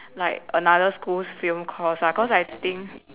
like another school's film course lah cause I think